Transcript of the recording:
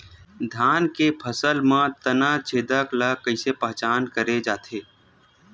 धान के फसल म तना छेदक ल कइसे पहचान करे जाथे?